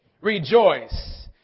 rejoice